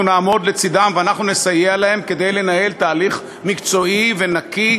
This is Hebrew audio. אנחנו נעמוד לצדם ואנחנו נסייע להם כדי לנהל תהליך מקצועי ונקי,